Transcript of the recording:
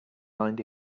mind